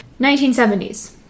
1970s